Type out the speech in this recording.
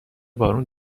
بارون